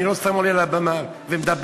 אני לא סתם עולה לבמה ומדבר.